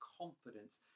confidence